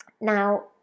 now